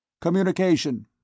Communication